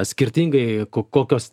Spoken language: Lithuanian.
skirtingai kokios